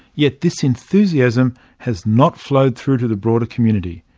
yet this enthusiasm has not flowed through to the broader community.